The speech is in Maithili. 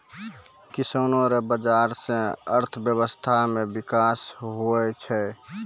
किसानो रो बाजार से अर्थव्यबस्था मे बिकास हुवै छै